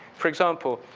for example,